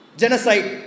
genocide